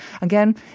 Again